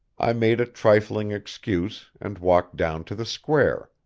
i made a trifling excuse and walked down to the square,